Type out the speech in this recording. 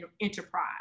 enterprise